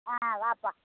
ஆ வாப்பா